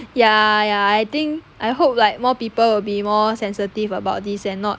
ya ya I think I hope like more people will be more sensitive about this and not